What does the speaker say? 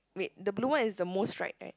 wait the blue one is the most stripe right